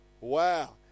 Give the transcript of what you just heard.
Wow